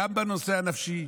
גם בנושא הנפשי,